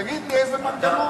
תגיד לי איזה מנגנון.